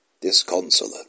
disconsolate